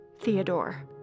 Theodore